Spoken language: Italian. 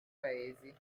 paesi